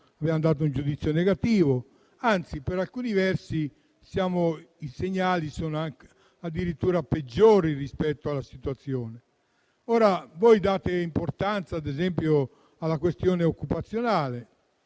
abbiamo espresso un giudizio negativo, anzi, per alcuni versi, i segnali sono addirittura peggiori rispetto alla situazione. Voi date importanza, ad esempio, alla questione occupazionale;